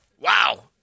Wow